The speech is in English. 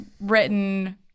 written